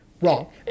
wrong